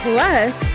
Plus